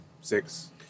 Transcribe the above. six